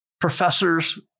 professors